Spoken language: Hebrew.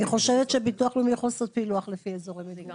אני חושבת שביטוח לאומי יכול לעשות פילוח לפי אזורי מדינה.